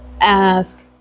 ask